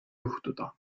juhtuda